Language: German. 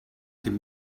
dem